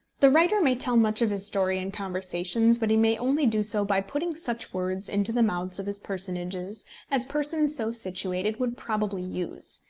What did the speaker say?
the writer may tell much of his story in conversations, but he may only do so by putting such words into the mouths of his personages as persons so situated would probably use.